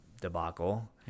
debacle